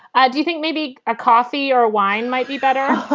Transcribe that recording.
ah do you think maybe a coffee or wine might be better?